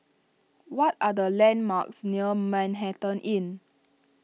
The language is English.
what are the landmarks near Manhattan Inn